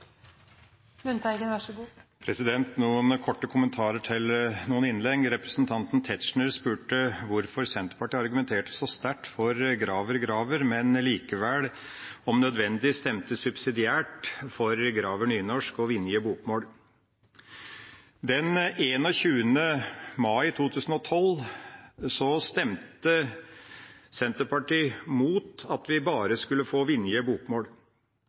Tetzschner spurte hvorfor Senterpartiet argumenterte så sterkt for Graver–Graver, men likevel om nødvendig stemte subsidiært for Gravers nynorsk og Vinjes bokmål. Den 21. mai 2012 stemte Senterpartiet mot at vi bare skulle få Vinjes bokmål.